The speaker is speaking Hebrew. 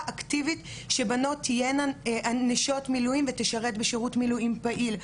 אקטיבית שבנות תהיינה נשות מילואים ותשרתנה בשירות מילואים פעיל,